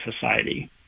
society